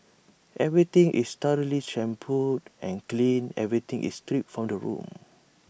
everything is thoroughly shampooed and cleaned everything is stripped from the room